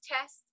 test